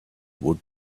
would